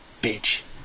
bitch